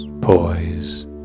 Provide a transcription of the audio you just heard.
poise